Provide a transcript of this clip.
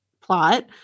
plot